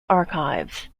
archives